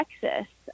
Texas